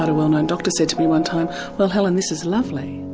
but well known doctor said to me one time well helen this is lovely,